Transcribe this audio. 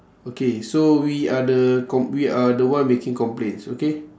okay so we are the com~ we are the one making complaints okay